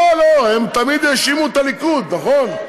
לא, לא, הם תמיד האשימו את הליכוד, נכון?